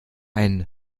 einen